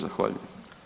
Zahvaljujem.